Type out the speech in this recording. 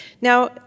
Now